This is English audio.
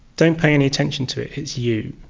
don't pay any attention to it, it's you.